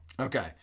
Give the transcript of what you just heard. Okay